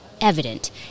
evident